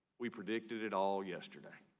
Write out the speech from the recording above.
we predicted it all yesterday.